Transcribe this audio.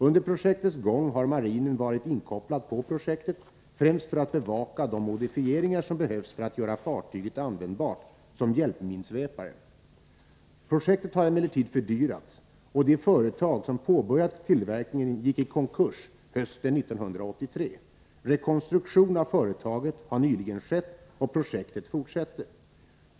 Under projektets gång har marinen varit inkopplad på projektet, främst för att bevaka de modifieringar som behövs för att göra fartyget användbart som hjälpminsvepare. Projektet har emellertid fördyrats, och det företag som påbörjat tillverkningen gick i konkurs hösten 1983. Rekonstruktion av företaget har nyligen skett och projektet fortsätter.